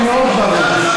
אני מאוד ברור.